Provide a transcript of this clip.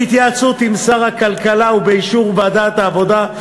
בהתייעצות עם שר הכלכלה ובאישור ועדת העבודה,